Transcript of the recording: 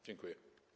Dziękuję.